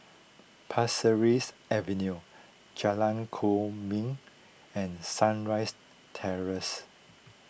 Pasir Ris Avenue Jalan Kwok Min and Sunrise Terrace